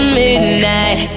midnight